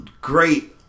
great